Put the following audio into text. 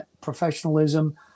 professionalism